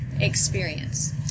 experience